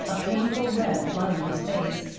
a painful red flooding his face.